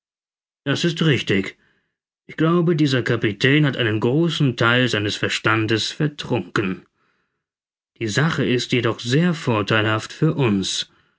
das ist richtig ich glaube dieser kapitän hat einen großen theil seines verstandes vertrunken die sache ist jedoch sehr vortheilhaft für uns